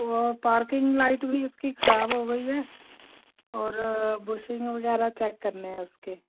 वह parking light भी उसकी ख़राब हो गई है और बुशिंग वगेरह चेक करने हैं उसके